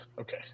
Okay